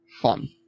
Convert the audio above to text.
fun